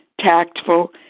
tactful